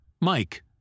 Mike